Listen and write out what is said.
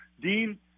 Dean